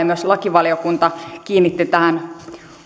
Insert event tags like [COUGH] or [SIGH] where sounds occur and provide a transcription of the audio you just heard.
[UNINTELLIGIBLE] myös lakivaliokunta kiinnitti tähän